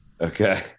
Okay